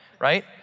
Right